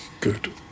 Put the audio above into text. Good